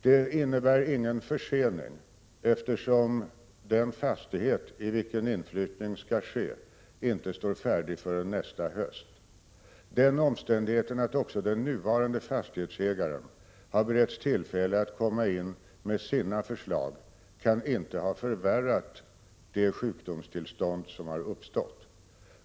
Det innebär ingen försening, eftersom den fastighet i vilken inflyttning skall ske inte står färdig förrän nästa höst. Den omständigheten att också den nuvarande fastighetsägaren har beretts tillfälle att komma in med sina förslag kan inte ha förvärrat de sjukdomstillstånd som har uppstått.